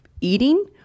eating